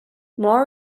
moore